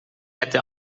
hätte